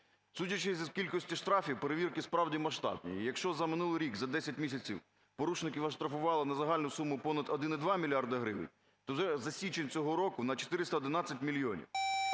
Судячи із кількості штрафів, перевірки справді масштабні. Якщо за минулий рік, за 10 місяців, порушників оштрафували на загальну суму понад 1,2 мільярди гривень, то вже за січень цього року на 411 мільйонів.